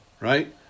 right